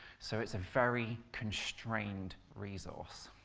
so it's a very constrained resource.